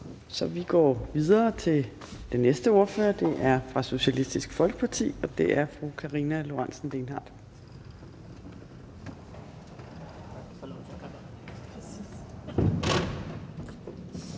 så vi går videre til den næste ordfører, og det er fra Socialistisk Folkeparti, og det er fru Karina Lorentzen Dehnhardt.